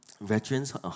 veterans